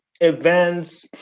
events